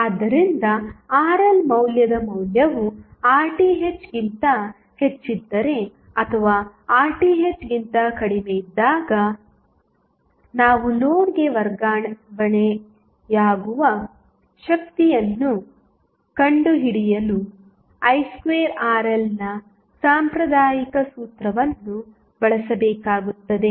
ಆದ್ದರಿಂದ RL ಮೌಲ್ಯದ ಮೌಲ್ಯವು RThಗಿಂತ ಹೆಚ್ಚಿದ್ದರೆ ಅಥವಾ RThಗಿಂತ ಕಡಿಮೆಯಿದ್ದಾಗ ನಾವು ಲೋಡ್ಗೆ ವರ್ಗಾವಣೆಯಾಗುವ ಶಕ್ತಿಯನ್ನು ಕಂಡುಹಿಡಿಯಲು i2RLನ ಸಾಂಪ್ರದಾಯಿಕ ಸೂತ್ರವನ್ನು ಬಳಸಬೇಕಾಗುತ್ತದೆ